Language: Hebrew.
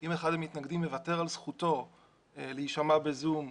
שאם אחד המתנגדים מוותר על זכותו להישמע ב"זום"